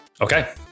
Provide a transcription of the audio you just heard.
okay